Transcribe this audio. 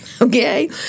okay